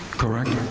correct?